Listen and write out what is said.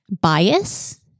bias